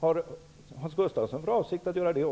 Har också Hans Gustafsson för avsikt att göra detta?